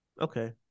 Okay